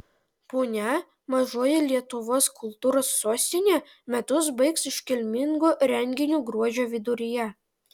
punia mažoji lietuvos kultūros sostinė metus baigs iškilmingu renginiu gruodžio viduryje